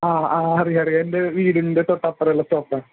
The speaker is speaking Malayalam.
ആ ആ അറിയാം അറിയാം എൻ്റെ വീടിൻ്റെ തൊട്ടപ്പുറം ഉള്ള സ്റ്റോപ്പ് ആണ്